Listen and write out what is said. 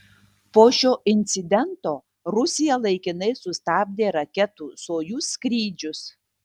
po šio incidento rusija laikinai sustabdė raketų sojuz skrydžius